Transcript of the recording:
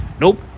nope